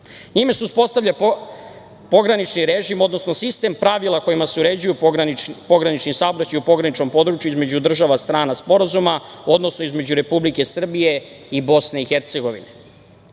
njime se uspostavlja pogranični režim, odnosno sistem pravila kojima se uređuju pogranični saobraćaj u pograničnom području između država strana sporazuma, odnosno između Republike Srbije i BiH.